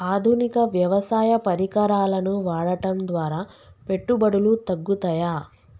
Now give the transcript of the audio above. ఆధునిక వ్యవసాయ పరికరాలను వాడటం ద్వారా పెట్టుబడులు తగ్గుతయ?